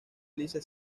lisa